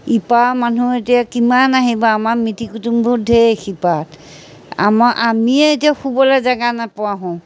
ইপাৰৰ মানুহ এতিয়া কিমান আহিব আমাৰ মিতিৰ কুটুমবোৰ ঢেৰ শিপাৰত আমাৰ আমিয়ে এতিয়া শুবলৈ জেগা নোপোৱা হওঁ